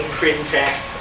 printf